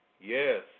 Yes